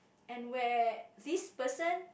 and where this person